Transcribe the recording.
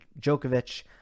Djokovic